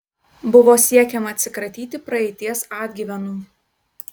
buvo siekiama atsikratyti praeities atgyvenų